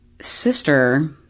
sister